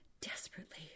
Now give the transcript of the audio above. Desperately